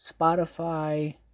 spotify